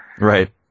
Right